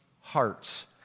hearts